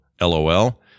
LOL